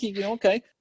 Okay